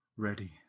ready